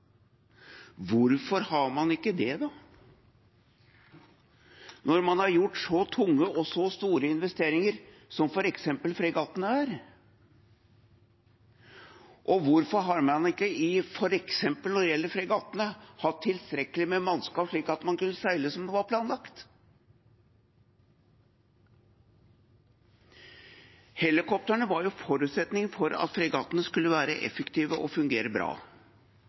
Hvorfor har man ikke det, da – når man har gjort så tunge og store investeringer som f.eks. fregattene er? Hvorfor har man ikke, f.eks. når det gjelder fregattene, hatt tilstrekkelig med mannskap, slik at man kunne seile slik det var planlagt? Helikoptrene var jo forutsetningen for at fregattene skulle være effektive og fungere bra.